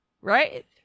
right